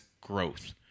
growth